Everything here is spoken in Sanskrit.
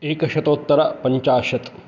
एकशतोत्तरपञ्चाशत्